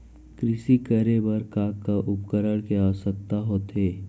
कृषि करे बर का का उपकरण के आवश्यकता होथे?